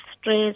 stress